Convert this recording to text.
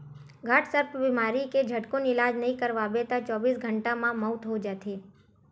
घटसर्प बेमारी के झटकुन इलाज नइ करवाबे त चौबीस घंटा म मउत हो जाथे